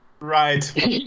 Right